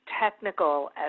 technical